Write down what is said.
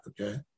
okay